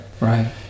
Right